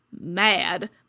mad